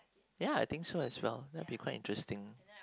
ya I think so as well might be quite interesting